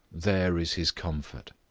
there is his comfort.